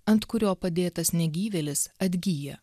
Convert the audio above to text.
ant kurio padėtas negyvėlis atgyja